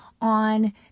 on